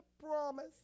promise